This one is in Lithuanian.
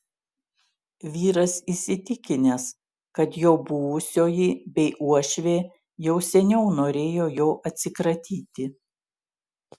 vyras įsitikinęs kad jo buvusioji bei uošvė jau seniau norėjo jo atsikratyti